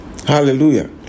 Hallelujah